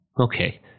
Okay